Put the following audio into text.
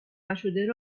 نشده